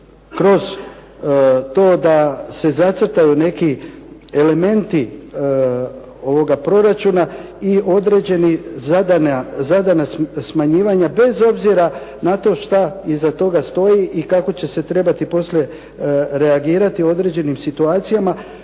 kroz to da se zacrtaju neki elementi ovoga proračuna i određena zadana smanjivanja bez obzira na to šta iza toga stoji i kako će se trebati poslije reagirati u određenim situacijama